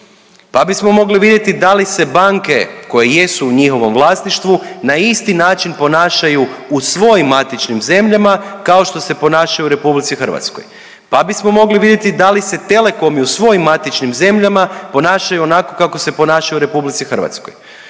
Pa bismo mogli vidjeti da li se banke koje jesu u njihovom vlasništvu na isti način ponašaju u svojim matičnim zemljama kao što se ponašaju u Republici Hrvatskoj. Pa bismo mogli vidjeti da li se telekomi u svojim matičnim zemljama ponašaju onako kako se ponašaju u Republici Hrvatskoj,